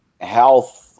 health